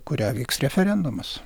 kurią vyks referendumas